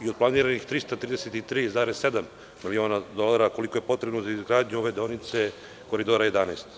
Od planiranih 333,7 miliona dolara, koliko je potrebno za izgradnju ove deonice Koridora 11.